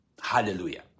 Hallelujah